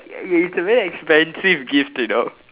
it's a very expensive gift you know